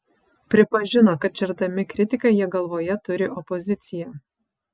pripažino kad žerdami kritiką jie galvoje turi opoziciją